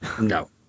No